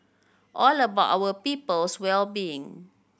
all about our people's well being